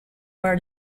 where